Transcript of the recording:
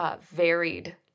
varied